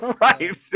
Right